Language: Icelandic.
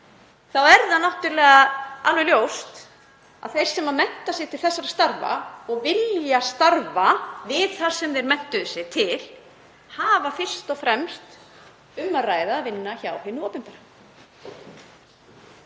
þá er það náttúrlega alveg ljóst að þeir sem mennta sig til þessara starfa og vilja starfa við það sem þeir menntuðu sig til hafa fyrst og fremst möguleika á að vinna hjá hinu opinbera.